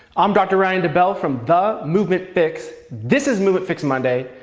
i'm dr. ryan debell from the movement fix. this is movement fix monday.